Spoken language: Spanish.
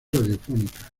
radiofónica